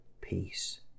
peace